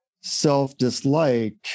self-dislike